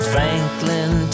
Franklin